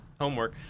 Homework